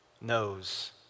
knows